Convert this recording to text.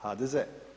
HDZ.